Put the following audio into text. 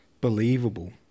believable